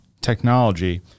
technology